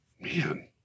Man